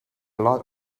lot